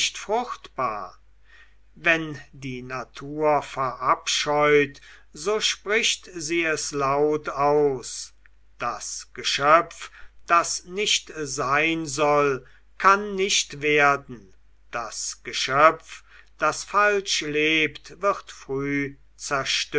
fruchtbar wenn die natur verabscheut so spricht sie es laut aus das geschöpf das nicht sein soll kann nicht werden das geschöpf das falsch lebt wird früh